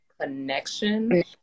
connection